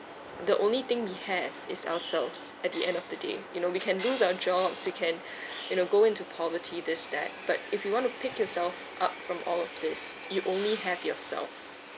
the only thing we have is ourselves at the end of the day you know we can lose our jobs we can you know go into poverty this that but if you want to pick yourself up from all of these you only have yourself